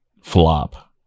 flop